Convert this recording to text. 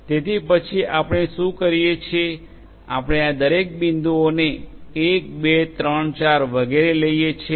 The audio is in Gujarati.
તેથી પછી આપણે શું કરીએ છીએ આપણે આ દરેક બિંદુઓને 1 2 3 4 વગેરે લઈએ છીએ